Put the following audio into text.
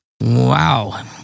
Wow